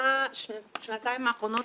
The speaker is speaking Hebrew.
בשנתיים האחרונות